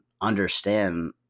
understand